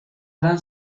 gran